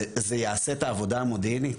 זה יעשה את העבודה המודיעינית?